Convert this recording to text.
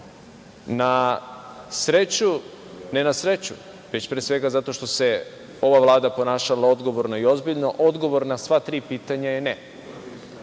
sreću, ne na sreću, već pre svega zato što se ova Vlada ponašala odgovorno i ozbiljno, odgovor na sva tri pitanja je ne.